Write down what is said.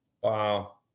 Wow